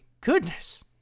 Goodness